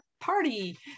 Party